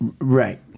Right